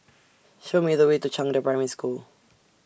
Show Me The Way to Zhangde Primary School